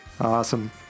Awesome